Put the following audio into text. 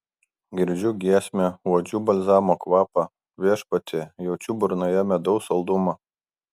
girdžiu giesmę uodžiu balzamo kvapą viešpatie jaučiu burnoje medaus saldumą